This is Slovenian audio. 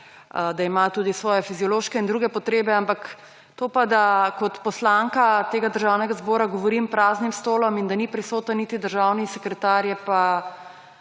da ima tudi svoje fiziološke in druge potrebe, ampak da kot poslanka tega državnega zbora govorim praznim stolom in da ni prisoten niti državni sekretar, je pa